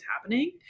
happening